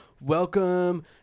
Welcome